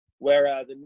Whereas